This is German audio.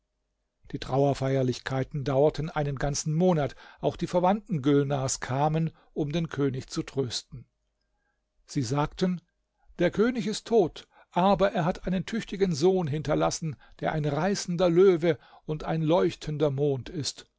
die trauerfeierlichkeiten dauerten einen ganzen monat auch die verwandten gülnars kamen um den könig zu trösten sie sagten der könig ist tot aber er hat einen tüchtigen sohn hinterlassen der ein reißender löwe und ein leuchtender mond ist